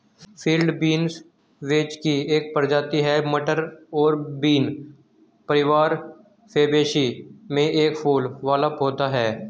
field beans vetch की एक प्रजाति है, मटर और बीन परिवार फैबेसी में एक फूल वाला पौधा है